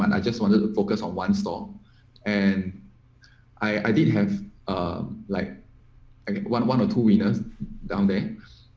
and i just wanted to focus on one store and i i did have like one one or two winners down down